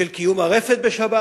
של קיום הרפת בשבת